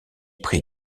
prit